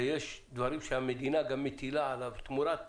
ויש דברים שהמדינה גם מטילה עליו תמורת תקצוב,